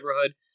neighborhood